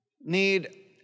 need